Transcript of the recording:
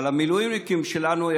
אבל המילואימניקים שלנו,